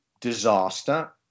disaster